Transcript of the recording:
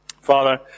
Father